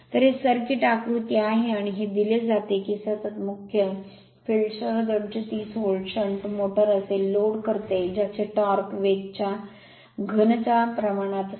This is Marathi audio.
तर हे सर्किट आकृती आहे आणि हे दिले जाते की सतत मुख्य फील्डसह 230 व्होल्ट शंट मोटर असे लोड करते ज्याचे टॉर्क वेगच्या घन च्या प्रमाणात असते